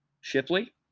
Shipley